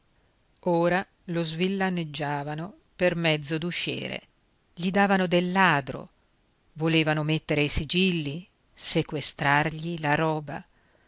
ora lo svillaneggiavano per mezzo d'usciere gli davano del ladro volevano mettere i sigilli sequestrargli la roba